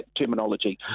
terminology